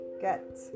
get